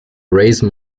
raise